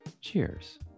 Cheers